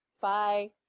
bye